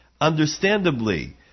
Understandably